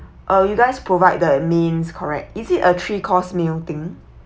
uh you guys provide the means correct is it a three course meal thing